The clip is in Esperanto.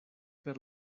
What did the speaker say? per